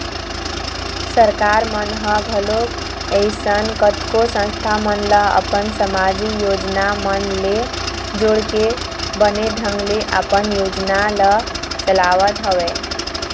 सरकार मन ह घलोक अइसन कतको संस्था मन ल अपन समाजिक योजना मन ले जोड़के बने ढंग ले अपन योजना ल चलावत हवय